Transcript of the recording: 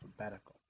alphabetical